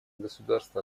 государство